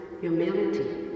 humility